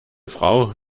frau